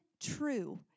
true